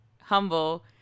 humble